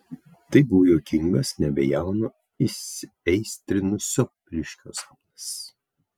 tai buvo juokingas nebejauno įsiaistrinusio vyriškio sapnas